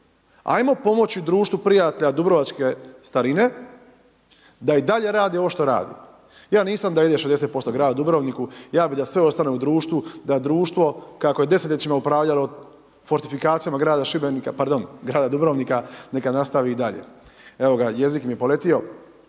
ajmo pomoći društvu prijatelja dubrovačke starine, da i dalje rade ovo što rade. Ja nisam da ide 60% gradu Dubrovniku, ja bi da sve ostaje društvu, da društvo, kako je desetljećima upravljalo fortifikacijama grada Šibenika, pardon Dubrovnika, neka nastavi i dalje. Jezik mi je poletio,